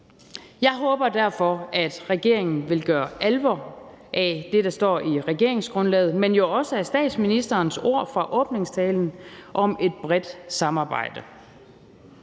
Jeg håber derfor, at regeringen vil gøre alvor af det, der står i regeringsgrundlaget, men jo også statsministerens ord fra åbningstalen, om et bredt samarbejde.